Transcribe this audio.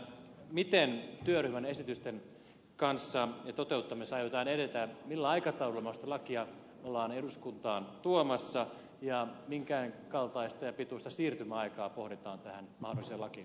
miten työryhmän esitysten toteuttamisessa aiotaan edetä millä aikataululla mahdollista lakia ollaan eduskuntaan tuomassa ja minkä kaltaista ja pituista siirtymäaikaa pohditaan tähän mahdolliseen lakiin